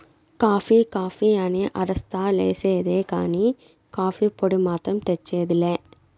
coffee coffee అని అరస్తా లేసేదే కానీ, కాఫీ పొడి మాత్రం తెచ్చేది లా